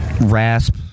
rasp